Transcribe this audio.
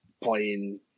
playing